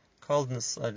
coldness